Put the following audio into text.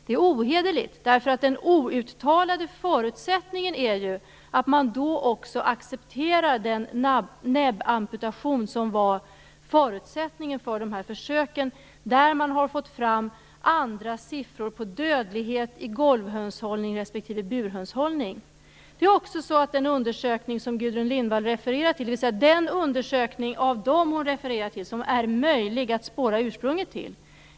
Det är ohederligt, därför att den outtalade förutsättningen är ju att man då också accepterar den näbbamputation som var förutsättningen för dessa försök där man har fått fram andra siffror på dödlighet i golvhönshållning respektive burhönshållning. Den här undersökningen, som Gudrun Lindvall refererar till, är det möjligt att spåra ursprunget till.